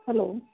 hello